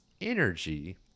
Energy